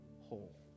whole